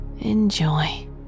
Enjoy